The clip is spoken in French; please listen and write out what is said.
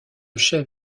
chef